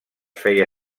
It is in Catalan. feia